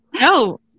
No